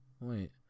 Wait